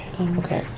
Okay